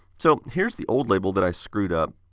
so here's the old label that i screwed up.